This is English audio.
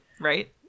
right